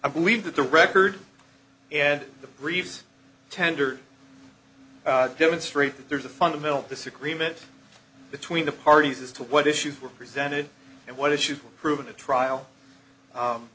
i believe that the record and the briefs tender demonstrate that there's a fundamental disagreement between the parties as to what issues were presented and what issues were proven to trial